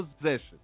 possession